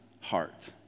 heart